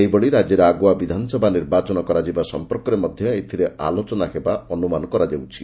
ସେହିଭଳି ରାଜ୍ୟରେ ଆଗ୍ରଆ ବିଧାନସଭା ନିର୍ବାଚନ କରାଯିବା ସମ୍ମର୍କରେ ମଧ୍ଧ ଏଥୁରେ ଆଲୋଚନା ହେବା ଅନୁମାନ କରାଯାଉଛି